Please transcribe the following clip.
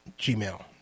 gmail